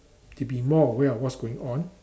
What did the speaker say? to be more aware of what's going on